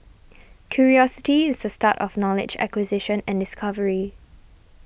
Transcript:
curiosity is the start of knowledge acquisition and discovery